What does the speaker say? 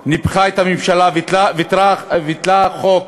ניפחה את הממשלה, ביטלה חוק